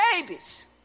babies